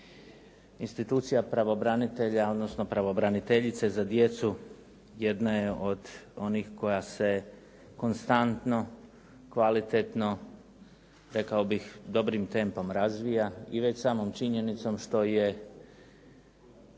Institucija pravobranitelja odnosno pravobraniteljice za djecu jedna je od onih koja se konstantno kvalitetno rekao bih dobrim tempom razvija i već samom činjenicom što je